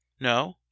No